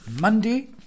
Monday